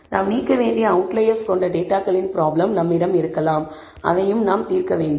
நாம் நீக்க வேண்டிய அவுட்லையெர்ஸ் கொண்ட டேட்டாகளின் ப்ராப்ளம் நம்மிடம் இருக்கலாம் அதையும் நாம் தீர்க்க வேண்டும்